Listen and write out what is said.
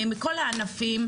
מכל הענפים,